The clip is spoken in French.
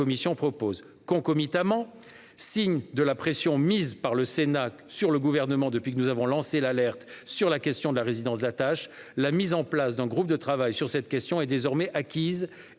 la commission ? Concomitamment, signe de la pression exercée par le Sénat sur le Gouvernement depuis que nous avons lancé l'alerte sur la question de la résidence d'attache, la mise en place d'un groupe de travail sur cette question est désormais acquise